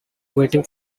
waiting